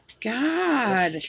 God